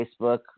Facebook